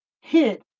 hit